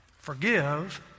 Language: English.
Forgive